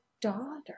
daughter